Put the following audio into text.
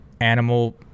animal